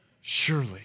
Surely